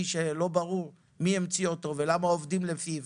שלא ברור מי המציא אותו ולמה עובדים לפיו